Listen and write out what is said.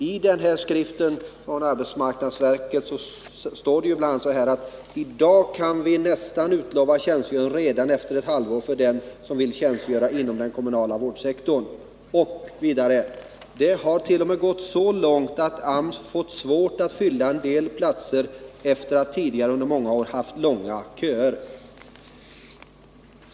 I skrivelsen från arbetsmarknadsverket står bl.a. följande: I dag kan vi nästan utlova tjänstgöring redan efter ett halvår för den som vill tjänstgöra inom den kommunala vårdsektorn. Det hart.o.m. gått så långt att AMS fått svårt att fylla en del platser efter att tidigare under många år ha haft långa köer.